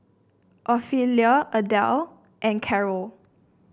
Ophelia Adelle and Carrol